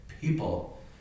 people